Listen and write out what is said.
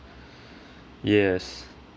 yes